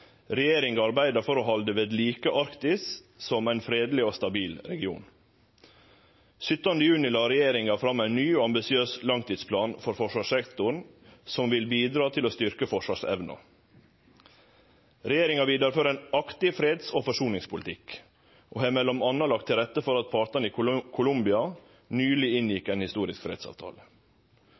Regjeringa arbeider for å halde ved like Arktis som ein fredeleg og stabil region. Den 17. juni la regjeringa fram ein ny og ambisiøs langtidsplan for forsvarssektoren som vil bidra til å styrkje forsvarsevna. Regjeringa vidarefører ein aktiv freds- og forsoningspolitikk og har m.a. lagt til rette for at partane i Colombia nyleg inngjekk ein historisk fredsavtale.